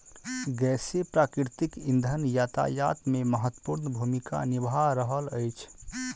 गैसीय प्राकृतिक इंधन यातायात मे महत्वपूर्ण भूमिका निभा रहल अछि